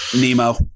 Nemo